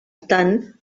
tant